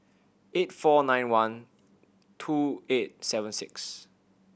eight four nine one two eight seven six